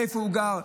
איפה הוא גר.